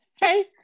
hey